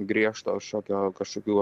griežto šokio kažkokių